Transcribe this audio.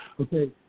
Okay